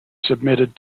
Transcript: submitted